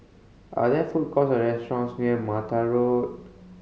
are there food courts or restaurants near Mattar Road